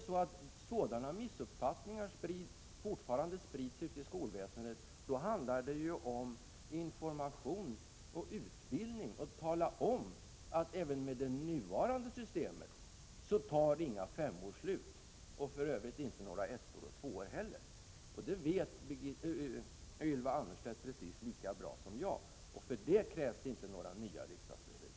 Om sådana missuppfattningar fortfarande sprids ute i skolväsendet, då handlar det om information och utbildning, då måste man tala om, att inte heller med det nuvarande systemet tar några femmor slut och för övrigt inte några ettor och tvåor heller. Det vet Ylva Annerstedt precis lika bra som jag, och för det krävs alltså inte några nya riksdagsbeslut.